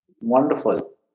Wonderful